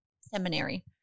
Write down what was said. seminary